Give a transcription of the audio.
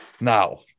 Now